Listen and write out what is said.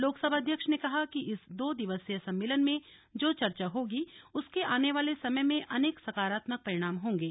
लोक सभा अध्यक्ष ने कहा कि इस दो दिवसीय सम्मेलन में जो चर्चा होगी उसके आने वाले समय में अनेक सकारात्मक परिणाम होंगे